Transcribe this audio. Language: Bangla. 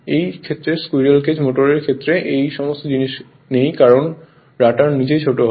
এই ক্ষেত্রে স্কুইরেল কেজ মোটরের ক্ষেত্রে এই সমস্ত জিনিস নেই কারণ রটার নিজেই ছোট হয়